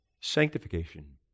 sanctification